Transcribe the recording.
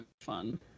fun